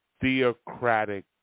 theocratic